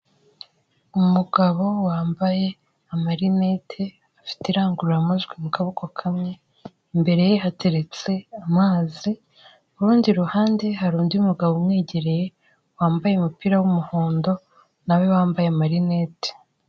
Umugabo wambaye amarinete, afite irangururamajwi mu kaboko kamwe imbere ye hateretse amazi, kurundi ruhande hari undi mugabo umwegereye wambaye umupira w'umuhondo nawe wambaye amarinete.